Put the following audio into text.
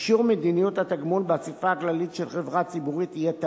אישור מדיניות התגמול באספה הכללית של חברה ציבורית יהיה טעון,